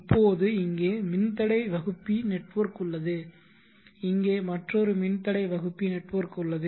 இப்போது இங்கே மின்தடை வகுப்பி நெட்வொர்க் உள்ளது இங்கே மற்றொரு மின்தடை வகுப்பி நெட்வொர்க் உள்ளது